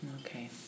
Okay